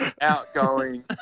outgoing